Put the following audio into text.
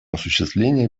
осуществления